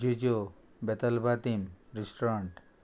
जुजो बेतलबाथीम रेस्टोरंट